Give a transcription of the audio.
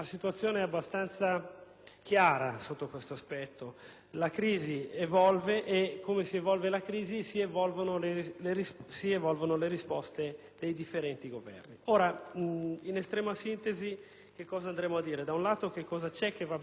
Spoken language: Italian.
chiara sotto questo aspetto. La crisi evolve e, come si evolve la crisi, si evolvono le risposte dei differenti Governi. In estrema sintesi, che cosa andremo a sottolineare? Da un lato, quanto già va bene in questo decreto,